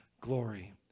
glory